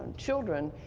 children,